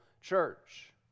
church